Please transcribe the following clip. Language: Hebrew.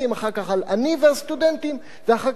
אחר כך על "אני והסטודנטים" ואחר כך עלי,